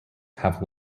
have